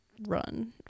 run